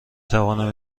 توانم